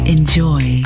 Enjoy